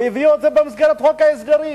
הוא העביר את זה במסגרת חוק ההסדרים,